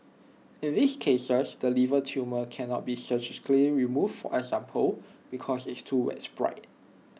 in these cases the liver tumour cannot be surgically removed example because it's too widespread